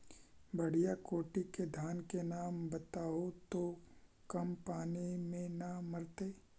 बढ़िया कोटि के धान के नाम बताहु जो कम पानी में न मरतइ?